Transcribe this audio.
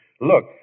Look